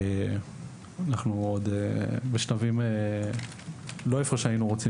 אנחנו עוד בשלבים לא איפה שהיינו רוצים